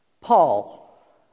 Paul